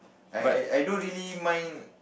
I I I don't really mind